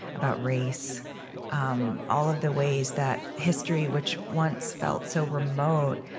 about race um all of the ways that history, which once felt so remote,